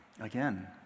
Again